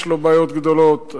יש לו בעיות גדולות.